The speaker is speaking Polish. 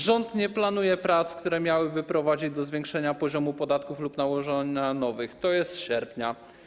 Rząd nie planuje prac, które miałyby prowadzić do zwiększenia poziomu podatków lub nałożenia nowych - to jest z sierpnia.